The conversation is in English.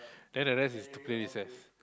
then the rest is to play recess